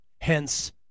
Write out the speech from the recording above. Hence